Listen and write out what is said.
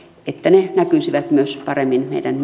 näkyisivät paremmin myös meidän